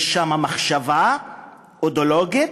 יש שם מחשבה אידיאולוגית,